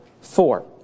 four